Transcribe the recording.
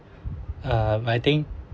uh but I think